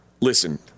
Listen